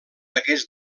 aquests